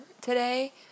today